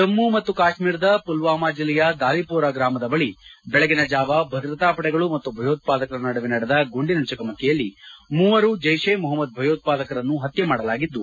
ಜಮ್ಮು ಮತ್ತು ಕಾಶ್ಮೀರದ ಪುಲ್ವಾಮಾ ಜಿಲ್ಲೆಯ ದಾಲಿಪೋರಾ ಗ್ರಾಮದ ಬಳಿ ದೆಳಗಿನ ಜಾವ ಭದ್ರತಾ ಪಡೆಗಳು ಮತ್ತು ಭಯೋತ್ಪಾದಕರ ನಡುವೆ ನಡೆದ ಗುಂಡಿನ ಚಕಮಕಿಯಲ್ಲಿ ಮೂವರು ಜೈಷ್ ಎ ಮೊಹಮ್ನದ್ ಭಯೋತ್ಪಾದಕರನ್ನು ಹತ್ನೆ ಮಾಡಲಾಗಿದ್ದು